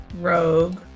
Rogue